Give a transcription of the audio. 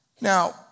Now